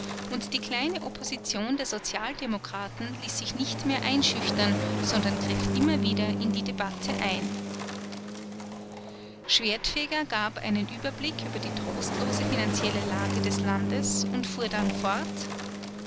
und die kleine opposition der sozialdemokraten ließ sich nicht mehr einschüchtern sondern griff immer wieder in die debatte ein schwertfeger gab einen ueberblick über die trostlose finanzielle lage des landes und fuhr dann fort